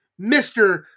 Mr